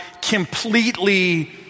completely